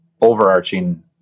overarching